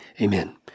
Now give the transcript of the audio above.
Amen